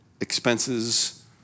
Expenses